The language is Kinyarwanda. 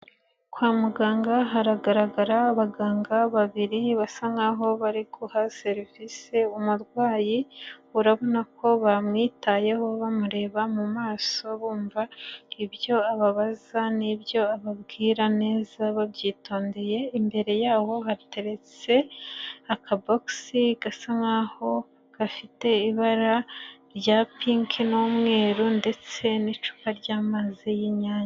Kwa muganga haragaragara abaganga babiri basa nk'aho bari guha serivisi umurwayi, urabona ko bamwitayeho bamureba mu maso bumva ibyo ababaza n'ibyo ababwira neza babyitondeye, imbere yabo hateretse aka bogisi gasa nk'aho gafite ibara rya pinki n'umweru ndetse n'icupa ry'amazi y'inyange.